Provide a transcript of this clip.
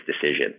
decision